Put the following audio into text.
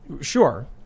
sure